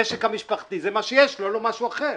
למשק המשפחתי זה מה שיש, לא משהו אחר.